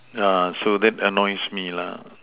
uh so that annoys me lah